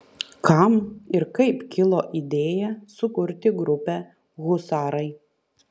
kam ir kaip kilo idėja sukurti grupę husarai